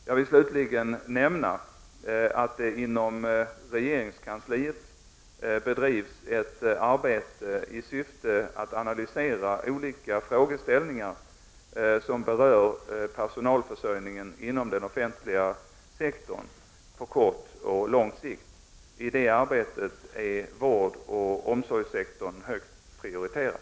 Jag vill slutligen nämna att det inom regeringskansliet bedrivs ett arbete i syfte att analysera olika frågeställningar som berör personalförsörjningen inom den offentliga sektorn på kort och lång sikt. I det arbetet är vårdoch omsorgssektorn högt prioriterad.